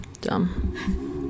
dumb